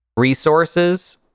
resources